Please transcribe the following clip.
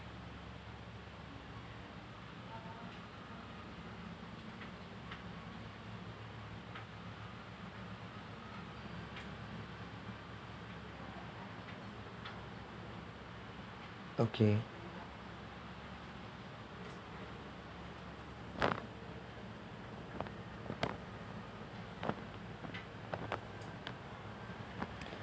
okay